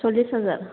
स'ल्लिस हाजार